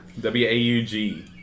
W-A-U-G